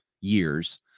years